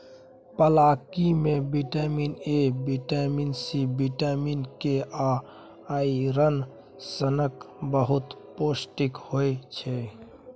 पलांकी मे vitamin A, vitamin C, vitamin K आ आइरन सनक बहुत पौष्टिक होइ छै